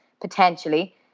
potentially